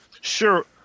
Sure